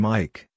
Mike